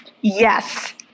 Yes